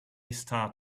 start